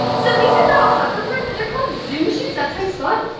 so these are not hoverboards, but they're called zuum shoes, that's how you spell it.